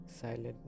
Silent